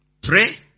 Pray